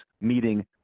meeting